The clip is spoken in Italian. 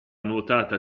nuotata